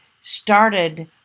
started